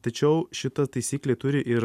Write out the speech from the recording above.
tačiau šita taisyklė turi ir